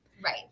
Right